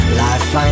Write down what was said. life